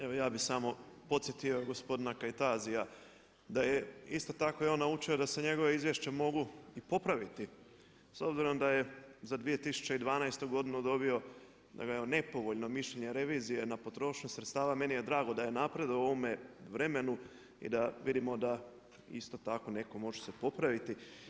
Evo ja bih samo podsjetio gospodina Kajtazija da je isto tako da je on naučio da se njegova izvješća mogu i popraviti s obzirom da je za 2012. godinu dobio nepovoljno mišljenje revizije na potrošnju sredstava, meni je drago da je napredovao u ovome vremenu i da vidimo da se isto tako neko može i popraviti.